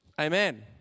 Amen